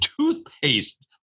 Toothpaste